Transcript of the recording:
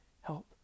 help